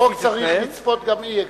החוק צריך לצפות גם אי-היגיון.